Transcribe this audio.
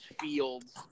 fields